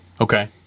Okay